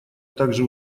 также